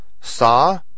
Saw